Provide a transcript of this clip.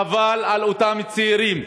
חבל על אותם צעירים.